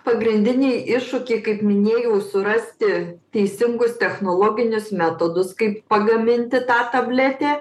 pagrindiniai iššūkiai kaip minėjau surasti teisingus technologinius metodus kaip pagaminti tą tabletę